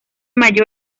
mayor